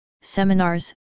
seminars